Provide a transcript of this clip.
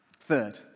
Third